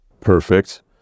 Perfect